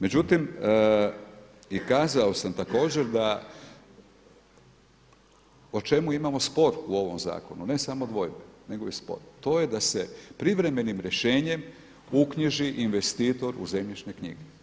Međutim i kazao sam također da o čemu imamo spor u ovom zakonu, ne samo dvojbe nego i spor, to je da se privremenim rješenjem uknjiži investitor u zemljišne knjige.